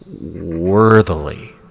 worthily